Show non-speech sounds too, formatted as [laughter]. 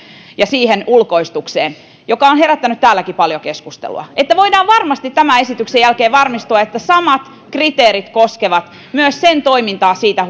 ja siihen ulkoistukseen joka on herättänyt täälläkin paljon keskustelua voidaan varmasti tämän esityksen jälkeen varmistua että samat kriteerit koskevat myös niiden toimintaa siitä [unintelligible]